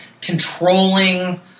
controlling